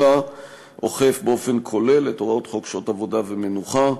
אלא אוכף באופן כולל את הוראות חוק שעות עבודה ומנוחה,